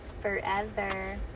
Forever